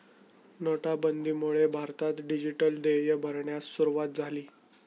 नोटाबंदीमुळे भारतात डिजिटल देय भरण्यास सुरूवात झाली